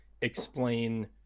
explain